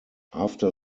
after